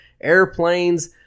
airplanes